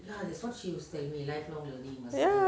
ya